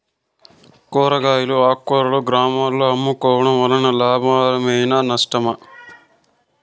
కూరగాయలు ఆకుకూరలు గ్రామాలలో అమ్ముకోవడం వలన లాభమేనా నష్టమా?